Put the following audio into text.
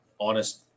honest